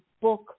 book